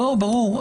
ברור.